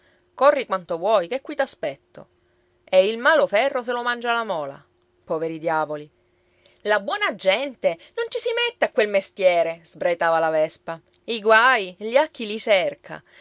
corri quanto vuoi che qui t'aspetto e il malo ferro se lo mangia la mola poveri diavoli la buona gente non ci si mette a quel mestiere sbraitava la vespa i guai li ha chi li cerca